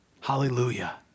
Hallelujah